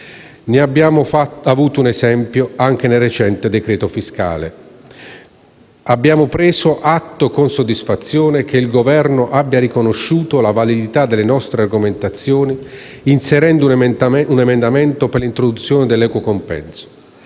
Ne abbiamo avuto un esempio anche nel recente decreto fiscale: abbiamo preso atto con soddisfazione che il Governo ha riconosciuto la validità delle nostre argomentazioni inserendo un emendamento per l'introduzione dell'equo compenso.